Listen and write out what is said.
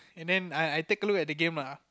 and then I I take a look at the game